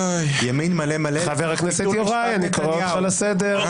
אמירה ------ חבר הכנסת ולדימיר בליאק, תודה